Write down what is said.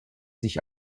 sich